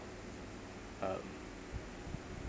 um